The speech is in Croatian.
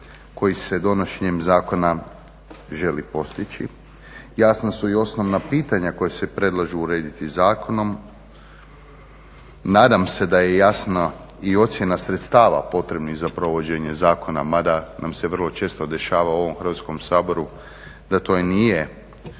koji se donošenjem zakona želi postići, jasna su i osnovna pitanja koja se predlažu urediti zakonom. Nadam se da je jasna i ocjena sredstava potrebnih za provođenje zakona, mada nam se vrlo često dešava u ovom Hrvatskom saboru da to i nije